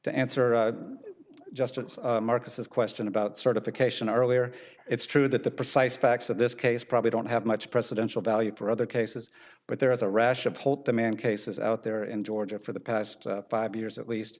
to answer justice marcus's question about certification earlier it's true that the precise facts of this case probably don't have much presidential value for other cases but there is a rash of holt demand cases out there in georgia for the past five years at least